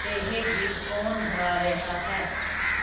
ਇਹ ਗੀਤ ਕੌਣ ਗਾ ਰਿਹਾ ਹੈ